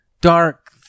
dark